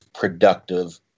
productive